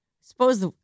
Suppose